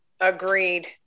agreed